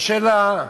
השאלה,